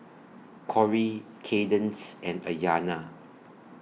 Corrie Kadence and Ayanna